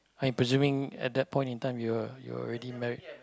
I'm presuming at that point in time you're you're already married